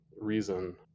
reason